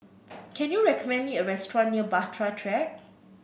can you recommend me a restaurant near Bahtera Track